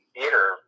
theater